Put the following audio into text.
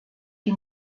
die